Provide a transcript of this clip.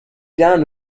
down